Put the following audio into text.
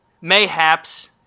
mayhaps